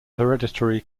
hereditary